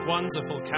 Wonderful